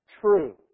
true